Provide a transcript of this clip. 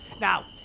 Now